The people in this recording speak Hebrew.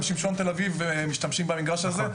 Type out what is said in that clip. גם שמשון תל אביב משתמשת במגרש הזה.